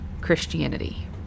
Christianity